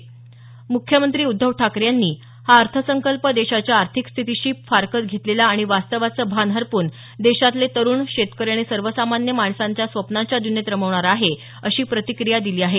म्ख्यमंत्री उद्धव ठाकरे यांनी हा अर्थसंकल्प देशाच्या आर्थिक स्थितीशी फारकत घेतलेला आणि वास्तवाचं भान हरपून देशातले तरुण शेतकरी आणि सर्वसामान्य माणसांना स्वप्नांच्या द्नियेत रमवणारा आहे अशी प्रतिक्रिया दिली आहे